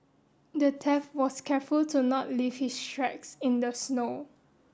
the theft was careful to not leave his tracks in the snow